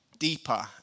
deeper